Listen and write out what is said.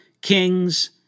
kings